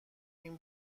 این